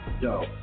Yo